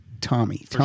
Tommy